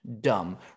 dumb